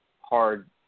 hard